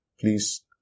Please